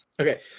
Okay